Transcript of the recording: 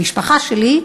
המשפחה שלי,